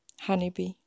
Honeybee